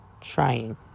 trying